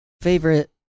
favorite